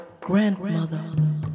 grandmother